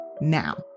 now